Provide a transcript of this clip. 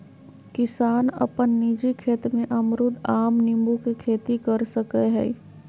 किसान अपन निजी खेत में अमरूद, आम, नींबू के खेती कर सकय हइ